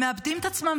הם מאבדים את עצמם,